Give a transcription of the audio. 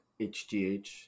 HGH